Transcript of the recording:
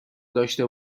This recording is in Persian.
داشته